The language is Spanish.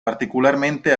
particularmente